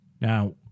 Now